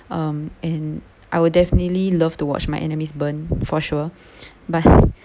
um and I would definitely love to watch my enemies burn for sure but